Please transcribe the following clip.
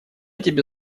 тебе